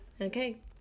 Okay